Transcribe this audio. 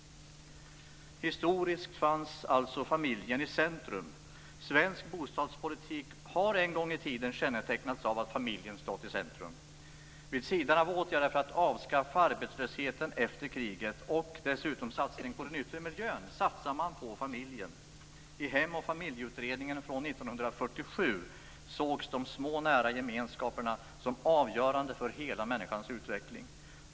Historiskt fanns alltså familjen i centrum. Svensk bostadspolitik har en gång i tiden kännetecknats av att familjen stått i centrum. Vid sidan av åtgärder för att avskaffa arbetslösheten efter kriget och dessutom satsningen på den yttre miljön satsade man på familjen. I Hem och familj-utredningen från 1947 sågs de små nära gemenskaperna som avgörande för hela människans utveckling.